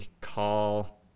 call